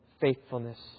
faithfulness